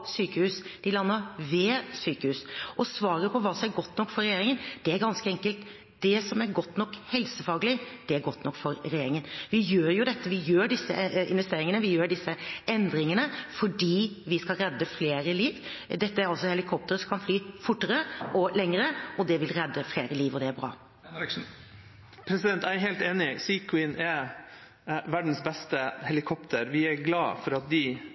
De lander ved sykehusene. Svaret på hva som er godt nok for regjeringen, er ganske enkelt at det som er godt nok helsefaglig, er godt nok for regjeringen. Vi gjør disse investeringene, vi gjør disse endringene, fordi vi skal redde flere liv. Dette er altså helikoptre som kan fly fortere og lenger. Det vil redde flere liv, og det er bra. Jeg er helt enig – SAR Queen er verdens beste helikoptre, og vi er glade for at de